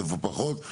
איפה פחות,